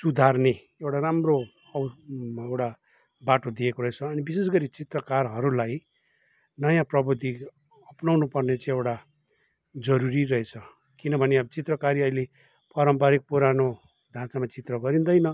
सुधार्ने एउटा राम्रो एउटा बाटो दिएको रहेछ अनि विशेषगरी चित्रकारहरूलाई नयाँ प्रविधि अपनाउनु पर्ने चाहिँ एउटा जरूरी रहेछ किनभने अब चित्रकारी अहिले परम्पारिक पुरानो ढाँचामा चित्र गरिँदैन